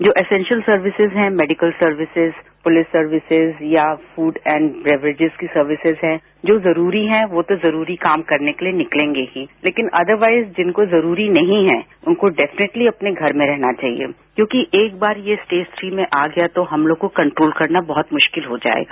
जो essential services हैं medical services police services या फूड एंड बेवरेजेज की सर्विसेज हैं जो जरूरी हैं वो तो जरूरी काम करने के लिए निकलेंगे ही लेकिन अदरवाइज जिनको जरूरी नहीं है उनको डेफिनेटली अपने घर में रहना चाहिए क्योंकि एक बार ये स्टेज थ्री में आ गया तो हम लोगों को कंट्रोल करना बहुत मुश्किल हो जाएगा